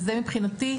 מבחינתי,